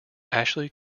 ashley